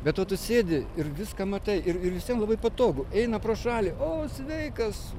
be to tu sėdi ir viską matai ir ir visiem labai patogu eina pro šalį o sveikas